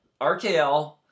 RKL